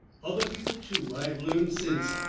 other people, too, i have learnt since,